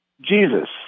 Jesus